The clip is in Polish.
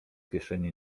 kieszeni